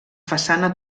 façana